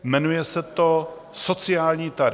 Jmenuje se to sociální tarif.